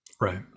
Right